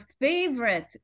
favorite